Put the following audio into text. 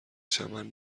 چمن